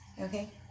Okay